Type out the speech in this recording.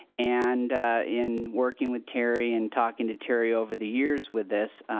and in working with tere and talking to tere over the years with this,